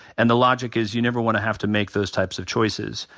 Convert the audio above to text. and the logic is you never want to have to make those types of choices.